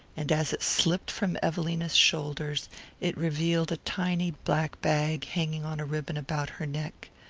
and as it slipped from evelina's shoulders it revealed a tiny black bag hanging on a ribbon about her neck.